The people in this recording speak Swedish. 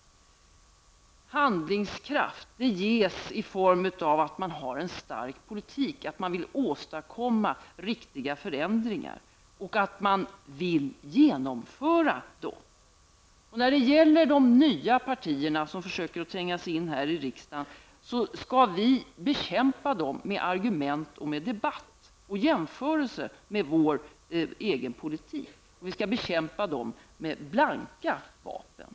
Handlingskraft fås därigenom att man har en stark politik, att man vill åstadkomma riktiga förändringar och att man vill genomföra dem. När det gäller de nya partierna som försöker tränga sig in i riksdagen måste vi bekämpa dem med argument och debatt och med jämförelser med vår egen politik. Vi skall bekämpa dem med blanka vapen.